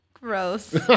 Gross